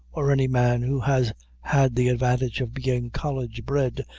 or any man who has had the advantage of being college-bred,